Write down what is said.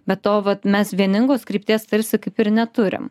be to vat mes vieningos krypties tarsi kaip ir neturime